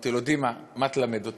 אמרתי לו: דימה, מה תלמד אותי?